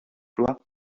lois